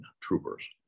troopers